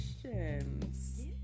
questions